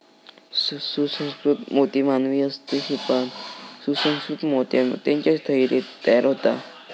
सुसंस्कृत मोती मानवी हस्तक्षेपान सुसंकृत मोत्या मोत्याच्या थैलीत तयार होता